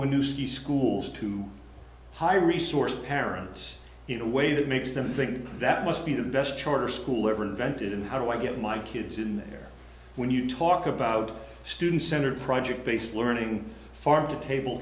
city schools to high resource parents in a way that makes them think that must be the best charter school ever invented and how do i get my kids in there when you talk about student center project based learning farm to table